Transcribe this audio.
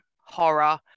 horror